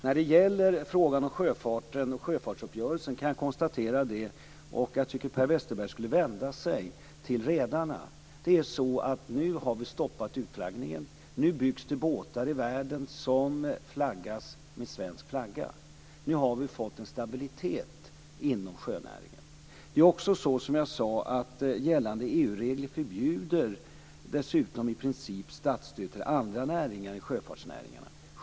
När det gäller frågan om sjöfarten och sjöfartsuppgörelsen tycker jag att Per Westerberg skulle vända sig till redarna. Nu har vi stoppat utflaggningen. Nu byggs det båtar i världen som flaggas med svensk flagga. Nu har vi fått en stabilitet inom sjönäringen. Som jag sade tidigare förbjuder gällande EU regler dessutom i princip statsstöd till andra näringar än sjöfartsnäringen.